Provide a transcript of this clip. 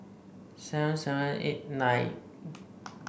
seven seven eight nine